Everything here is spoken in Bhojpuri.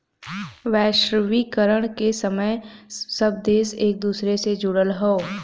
वैश्वीकरण के समय में सब देश एक दूसरे से जुड़ल हौ